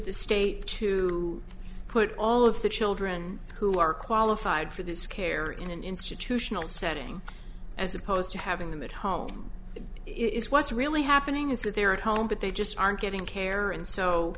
the state to put all of the children who are qualified for this care in an institutional setting as opposed to having them at home is what's really happening is that they're at home but they just aren't getting care and so